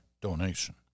donation